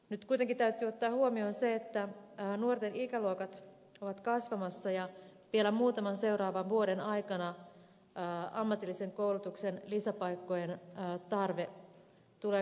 nyt kuitenkin täytyy ottaa huomioon se että nuorten ikäluokat ovat kasvamassa ja vielä muutaman seuraavan vuoden aikana ammatillisen koulutuksen lisäpaikkojen tarve tulee kasvamaan